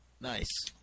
Nice